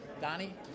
Donnie